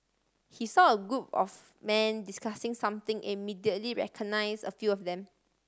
he saw a group of men discussing something immediately recognise a few of them